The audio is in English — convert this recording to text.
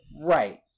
Right